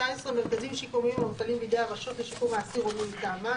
(19)מרכזים שיקומיים המופעלים בידי הרשות לשיקום האסיר או מי מטעמה,